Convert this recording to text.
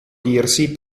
dirsi